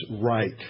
right